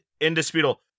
indisputable